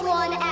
one